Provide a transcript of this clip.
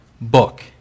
book